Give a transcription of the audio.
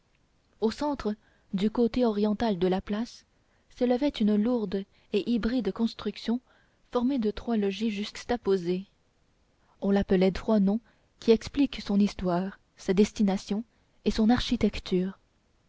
au centre du côté oriental de la place s'élevait une lourde et hybride construction formée de trois logis juxtaposés on l'appelait de trois noms qui expliquent son histoire sa destination et son architecture